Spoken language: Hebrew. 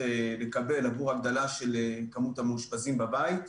לקבל עבור הגדלה של כמות המאושפזים בבית.